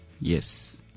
yes